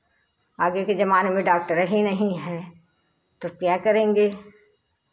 आगे के ज़माने में डाक्टर ही नहीं हैं तब क्या करेंगे